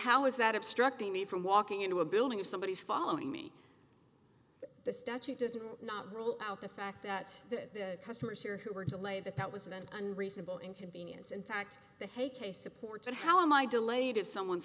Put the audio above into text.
how is that obstructing me from walking into a building if somebody is following me the statute does not rule out the fact that the customers here who were delayed that that was an unreasonable inconvenience in fact the hay case supports and how am i delayed if someone's